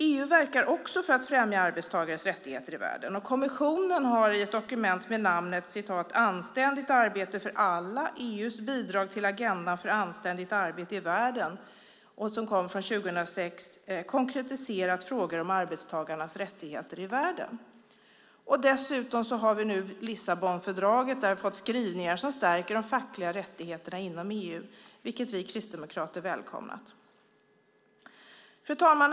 EU verkar också för att främja arbetstagares rättigheter i världen. Kommissionen har i ett dokument från 2006 med namnet Anständigt arbete för alla EU:s bidrag till agendan för anständigt arbete i världen konkretiserat frågor om arbetstagares rättigheter i världen. Dessutom har vi nu i Lissabonfördraget fått skrivningar som stärker de fackliga rättigheterna inom EU, vilket vi kristdemokrater har välkomnat. Fru talman!